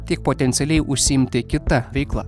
tiek potencialiai užsiimti kita veikla